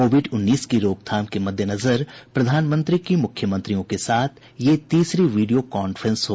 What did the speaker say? Covid उन्नीस की रोकथाम के मद्देनजर प्रधानमंत्री की मुख्यमंत्रियों के साथ तीसरी वीडियो कांफ्रेंस है